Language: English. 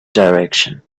direction